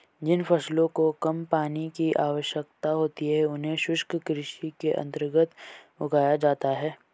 जिन फसलों को कम पानी की आवश्यकता होती है उन्हें शुष्क कृषि के अंतर्गत उगाया जाता है